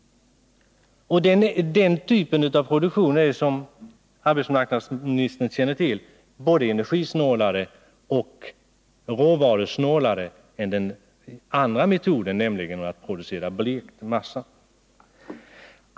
Den typen av produktion är, som arbetsmarknadsministern känner till, både energioch råvarusnålare än den andra metoden, att producera blekt massa.